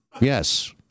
Yes